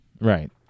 Right